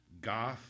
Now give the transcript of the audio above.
goth